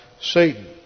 Satan